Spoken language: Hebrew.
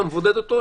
אתה מבודד אותו,